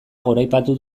goraipatu